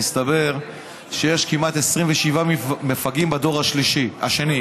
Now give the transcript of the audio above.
מסתבר שיש כמעט 27 מפגעים בדור השני.